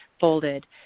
folded